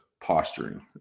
posturing